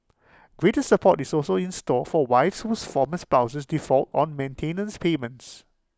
greater support is also in store for wives whose former spouses default on maintenance payments